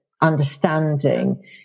understanding